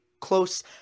close